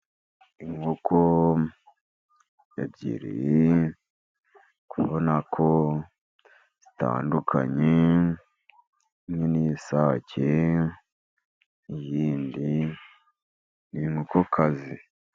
Inkoko ebyiri, urabona ko zitandukanye, imwe ni isake iyindi ni' inkokokazi.